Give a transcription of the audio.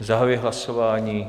Zahajuji hlasování.